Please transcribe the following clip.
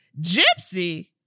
Gypsy